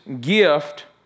gift